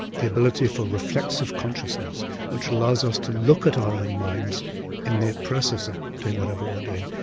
the ability for reflexive consciousness which allows us to look at our own minds in the process of doing whatever we're doing,